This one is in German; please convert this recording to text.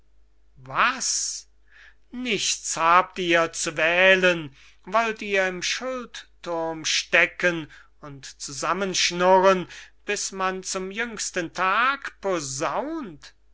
was nichts habt ihr zu wählen wollt ihr im schuldthurm stecken und zusammenschnurren bis man zum jüngsten tag posaunt